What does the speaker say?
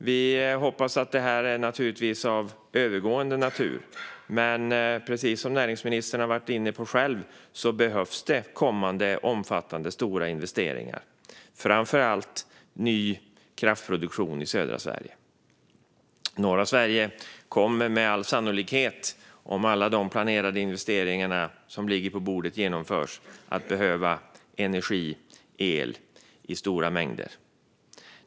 Vi hoppas naturligtvis att detta är av övergående natur, men precis som näringsministern själv har varit inne på behövs kommande omfattande investeringar. Det gäller framför allt ny kraftproduktion i södra Sverige. Norra Sverige kommer med all sannolikhet, om alla de planerade investeringar som ligger på bordet genomförs, att behöva energi och el i stora mängder.